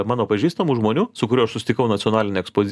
mano pažįstamų žmonių su kuriuo aš susitikau nacionalinėj ekspoz